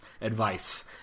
advice